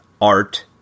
art